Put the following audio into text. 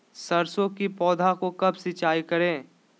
सरसों की पौधा को कब सिंचाई करे?